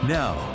now